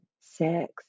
six